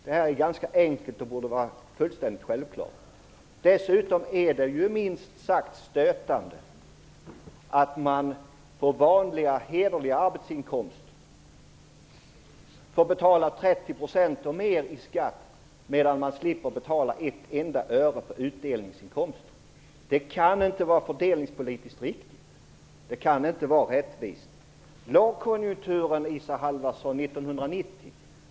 Det här är ganska enkelt och borde vara fullständigt självklart. Dessutom är det minst sagt stötande att man på vanliga, hederliga arbetsinkomster får betala 30 % och mer i skatt medan man slipper betala ett enda öre på utdelningsinkomster. Det kan inte vara fördelningspolitiskt riktigt. Det kan inte vara rättvist. Isa Halvarsson nämner lågkonjunkturen 1990.